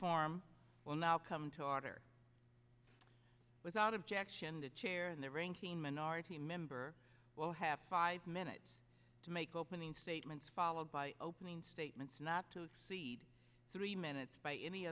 form will now come to order without objection the chair and the ranking minority member will have five minutes to make opening statements followed by opening statements not to exceed three minutes by any